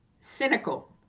cynical